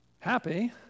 Happy